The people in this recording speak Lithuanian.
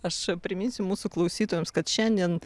aš priminsiu mūsų klausytojams kad šiandien